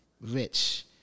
rich